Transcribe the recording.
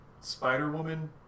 Spider-Woman